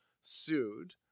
sued